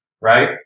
right